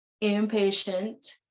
impatient